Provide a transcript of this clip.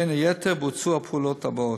בין היתר, בוצעו הפעולות האלה: